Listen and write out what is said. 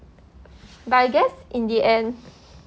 but I guess in the end